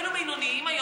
בינוניים אפילו,